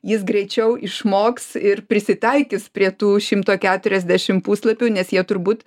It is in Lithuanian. jis greičiau išmoks ir prisitaikys prie tų šimto keturiasdešim puslapių nes jie turbūt